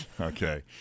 okay